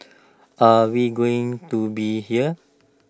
are we going to be here